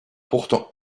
pourtant